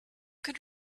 could